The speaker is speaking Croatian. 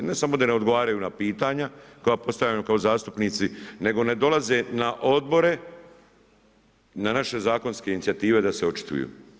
Ne samo da ne odgovaraju pitanja koja postavljamo kao zastupnici nego ne dolaze na odbore, na naše zakonske inicijative da se očituju.